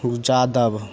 Yadav